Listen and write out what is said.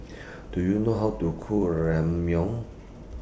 Do YOU know How to Cook Ramyeon